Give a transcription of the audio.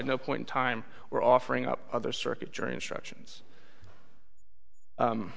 no point in time were offering up other circuit jury instructions